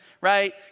right